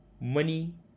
money